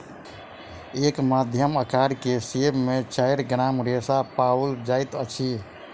एक मध्यम अकार के सेब में चाइर ग्राम रेशा पाओल जाइत अछि